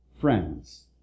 friends